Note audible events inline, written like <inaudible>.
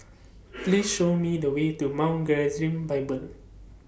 <noise> Please Show Me The Way to Mount Gerizim Bible